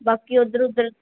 ਬਾਕੀ ਉੱਧਰ ਉੱਧਰ